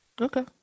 Okay